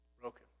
broken